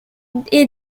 amertume